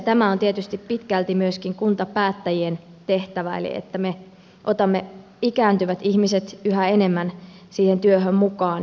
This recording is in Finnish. tämä on tietysti pitkälti myöskin kuntapäättäjien tehtävä että me otamme ikääntyvät ihmiset yhä enemmän siihen työhön mukaan